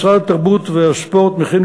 משרד התרבות והספורט מכין,